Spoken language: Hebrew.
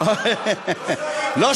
עוד פעם.